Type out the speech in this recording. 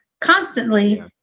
constantly